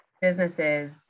businesses